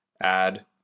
add